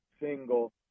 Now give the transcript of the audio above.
single